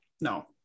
No